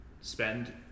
spend